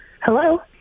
Hello